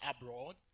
abroad